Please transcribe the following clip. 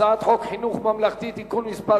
הצעת חוק חינוך ממלכתי (תיקון מס'